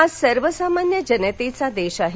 हा सर्वसामान्य जनतेचा देश आहे